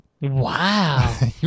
Wow